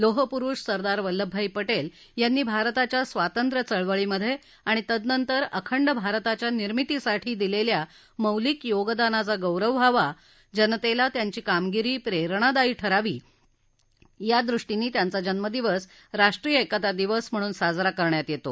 लोहपुरुष सरदार वल्लभभाई पटेल यांनी भारताच्या स्वातंत्र्य चळवळीमध्ये व तद्रंतर अखंड भारताच्या निर्मितीसाठी दिलेल्या मौलिक योगदानाचा गौरव व्हावा व जनतेला त्यांची कामगिरी प्रेरणादायी ठरावी यादृष्टीने त्यांचा जन्मदिवस राष्ट्रीय एकता दिवस म्हणून साजरा करण्यात येतो